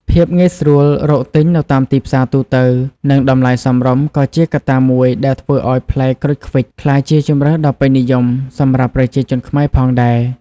ភាពងាយស្រួលរកទិញនៅតាមទីផ្សារទូទៅ និងតម្លៃសមរម្យក៏ជាកត្តាមួយដែលធ្វើឲ្យផ្លែក្រូចឃ្វិចក្លាយជាជម្រើសដ៏ពេញនិយមសម្រាប់ប្រជាជនខ្មែរផងដែរ។